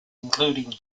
including